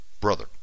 brother